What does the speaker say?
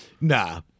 Nah